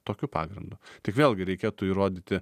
tokiu pagrindu tik vėlgi reikėtų įrodyti